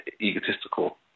egotistical